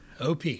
OP